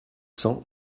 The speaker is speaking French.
cents